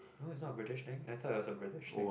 no it's not a British thing I thought it was a British thing